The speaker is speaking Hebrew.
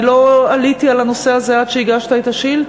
אני לא עליתי על הנושא הזה עד שהגשת את השאילתה,